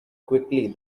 quickly